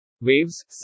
WAVES